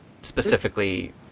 specifically